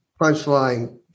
punchline